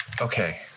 Okay